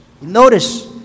notice